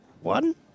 one